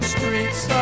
Streets